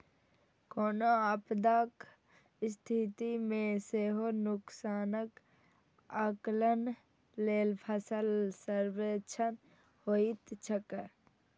कोनो आपदाक स्थिति मे सेहो नुकसानक आकलन लेल फसल सर्वेक्षण होइत छैक